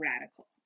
radical